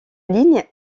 ligne